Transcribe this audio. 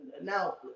now